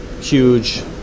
huge